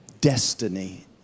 destiny